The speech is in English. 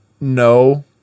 No